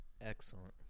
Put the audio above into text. Excellent